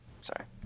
Sorry